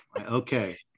Okay